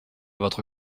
votre